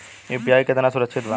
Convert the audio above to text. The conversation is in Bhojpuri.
यू.पी.आई कितना सुरक्षित बा?